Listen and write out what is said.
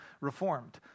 reformed